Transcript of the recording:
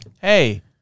hey